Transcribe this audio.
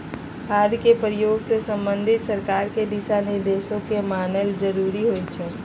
खाद के प्रयोग से संबंधित सरकार के दिशा निर्देशों के माननाइ जरूरी होइ छइ